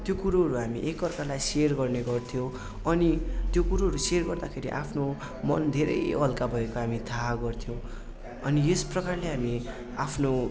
त्यो कुरोहरू हामी एकअर्कालाई सेयर गर्ने गर्थ्यौँ अनि त्यो कुरोहरू सेयर गर्दाखेरि आफ्नो मन धेरै हल्का भएको हामी थाहा गर्थ्यौँ अनि यसप्रकारले हामी आफ्नो